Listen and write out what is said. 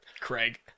Craig